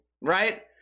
Right